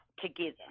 together